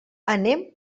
anem